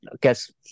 guess